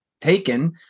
taken